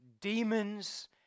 demons